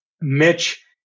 Mitch